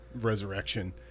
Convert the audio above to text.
Resurrection